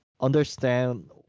understand